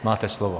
Máte slovo.